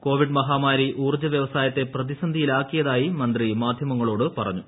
Covid മഹാമാരി ഊർജ്ജ വ്യവസായത്തെ പ്രതിസന്ധിയിലാക്കിയതായി മന്ത്രി മാധ്യമങ്ങളോട് പറഞ്ഞു